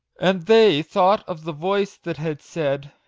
and they thought of the voice that had said,